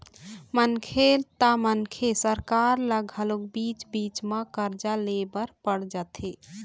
मनखे त मनखे सरकार ल घलोक बीच बीच म करजा ले बर पड़ जाथे